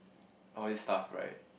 all these stuff right